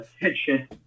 attention